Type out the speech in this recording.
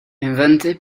inventé